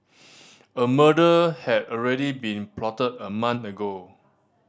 a murder had already been plotted a month ago